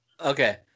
Okay